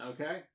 Okay